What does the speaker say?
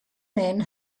men